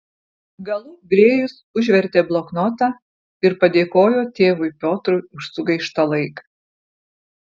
galop grėjus užvertė bloknotą ir padėkojo tėvui piotrui už sugaištą laiką